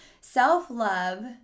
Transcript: Self-love